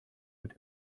wird